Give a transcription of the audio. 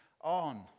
on